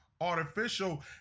artificial